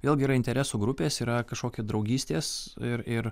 vėlgi yra interesų grupės yra kažkokie draugystės ir ir